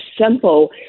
simple